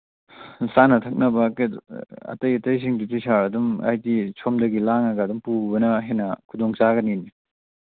ꯆꯥꯅ ꯊꯛꯅꯕ ꯑꯇꯩ ꯑꯇꯩꯁꯤꯡꯗꯨꯗꯤ ꯁꯥꯔ ꯑꯗꯨꯝ ꯍꯥꯏꯗꯤ ꯁꯣꯝꯗꯒꯤ ꯂꯥꯡꯉꯒ ꯑꯗꯨꯝ ꯄꯨꯕꯅ ꯍꯦꯟꯅ ꯈꯨꯗꯣꯡꯆꯥꯒꯅꯤ